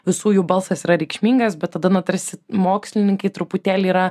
visų jų balsas yra reikšmingas bet tada na tarsi mokslininkai truputėlį yra